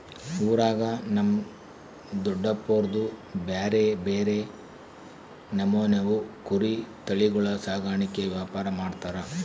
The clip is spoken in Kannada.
ಊರಾಗ ನಮ್ ದೊಡಪ್ನೋರ್ದು ಬ್ಯಾರೆ ಬ್ಯಾರೆ ನಮೂನೆವು ಕುರಿ ತಳಿಗುಳ ಸಾಕಾಣಿಕೆ ವ್ಯಾಪಾರ ಮಾಡ್ತಾರ